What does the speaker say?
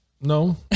no